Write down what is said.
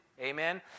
amen